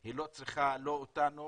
היא לא צריכה לא אותנו